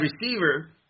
receiver